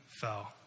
fell